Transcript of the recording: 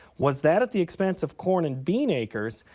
was that at the expense of corn and bean acres?